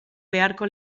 beharko